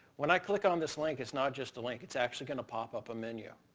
when i click on this link it's not just a link, it's actually going to pop up a menu.